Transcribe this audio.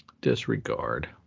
disregard